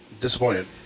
disappointed